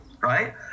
right